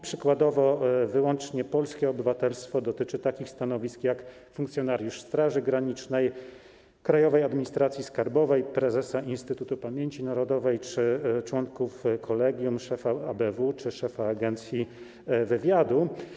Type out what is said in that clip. Przykładowo wyłącznie polskie obywatelstwo dotyczy takich stanowisk jak funkcjonariusz Straży Granicznej, Krajowej Administracji Skarbowej, prezes Instytutu Pamięci Narodowej czy członkowie kolegium, szef ABW czy szef Agencji Wywiadu.